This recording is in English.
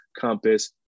Compass